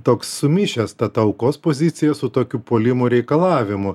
toks sumišęs ta ta aukos pozicija su tokiu puolimu reikalavimu